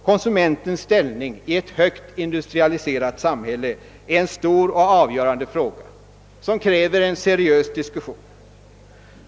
Konsumentens ställning i ett högt industrialiserat samhälle är en stor och avgörande fråga, som kräver en seriös diskussion.